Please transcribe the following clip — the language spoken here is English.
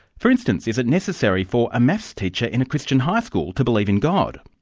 for instance, is it necessary for a maths teacher in a christian high school to believe in god?